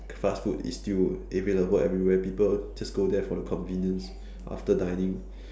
fast food is still available everywhere people just go there for the convenience after dining